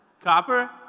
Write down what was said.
Copper